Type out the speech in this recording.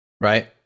Right